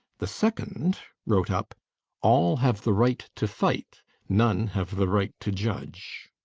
the second wrote up all have the right to fight none have the right to judge.